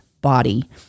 body